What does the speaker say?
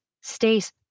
stace